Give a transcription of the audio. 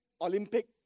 Olympic